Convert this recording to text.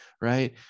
right